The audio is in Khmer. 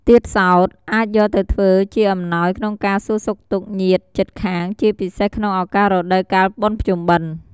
ទៀតសោតអាចយកទៅធ្វើជាអំណោយក្នុងការសួរសុខទុក្ខញាតិជិតខាងជាពិសេសក្នុងឧកាសរដូវកាលបុណ្យភ្ជុំបុណ្ឌ។